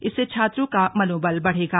इससे छात्रों का मनोबल बढ़ेगा